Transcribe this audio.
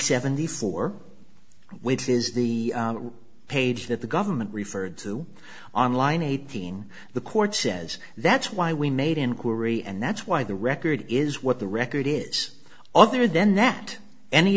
seventy four which is the page that the government referred to on line eighteen the court says that's why we made inquiry and that's why the record is what the record is other than that any